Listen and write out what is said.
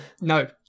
No